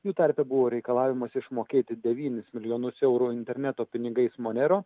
jų tarpe buvo reikalavimas išmokėti devynis milijonus eurų interneto pinigais monero